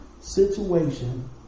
situation